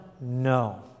No